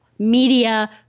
Media